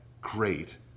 great